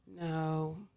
no